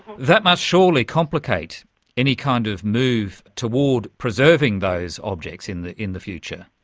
that must surely complicate any kind of move toward preserving those objects in the in the future.